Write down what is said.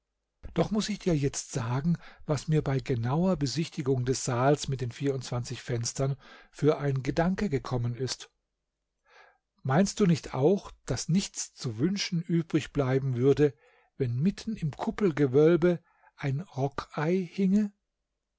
doch muß ich dir jetzt sagen was mir bei genauer besichtigung des saals mit den vierundzwanzig fenstern für ein gedanke gekommen ist meinst du nicht auch daß nichts zu wünschen übrig bleiben würde wenn mitten im kuppelgewölbe ein rockei hinge